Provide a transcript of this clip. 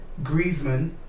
Griezmann